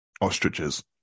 ostriches